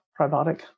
probiotic